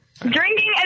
Drinking